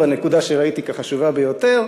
בנקודה שראיתי כחשובה ביותר,